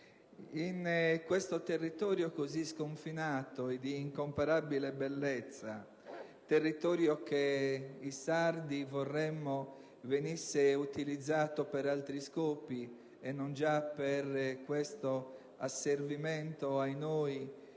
In questo territorio così sconfinato e di incomparabile bellezza (un territorio che noi Sardi vorremmo venisse utilizzato per altri scopi, e non già per questo asservimento